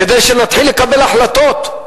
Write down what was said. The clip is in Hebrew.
כדי שנתחיל לקבל החלטות.